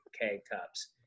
K-Cups